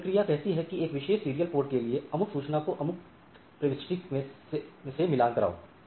तो यह प्रक्रिया कहती है कि एक विशेष serial port के लिए अमुक सूचना को अमुक प्रविष्टि से मिलान कराओ